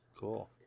Cool